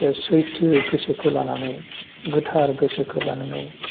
सैथो गोसोखौ लानानै गोथार गोसोखौ लानानै